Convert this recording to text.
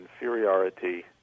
inferiority